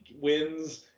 wins